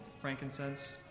frankincense